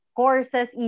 courses